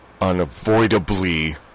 unavoidably